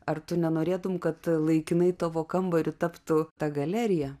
ar tu nenorėtum kad laikinai tavo kambarį taptų ta galerija